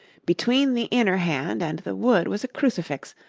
between the inner hand and the wood was a crucifix,